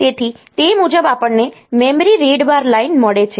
તેથી તે મુજબ આપણને મેમરી રીડ બાર લાઈન મળે છે